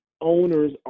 owners